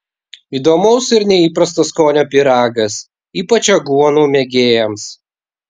įdomaus ir neįprasto skonio pyragas ypač aguonų mėgėjams